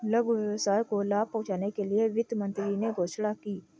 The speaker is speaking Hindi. लघु व्यवसाय को लाभ पहुँचने के लिए वित्त मंत्री ने घोषणा की